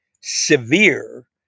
severe